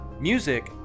Music